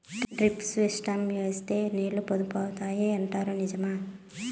Drip system వేస్తే నీళ్లు పొదుపు అవుతాయి అంటారు నిజమా?